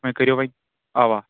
وۅنۍ کٔرِو وۄنۍ اَوا